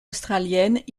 australiennes